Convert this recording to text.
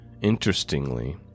interestingly